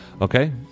Okay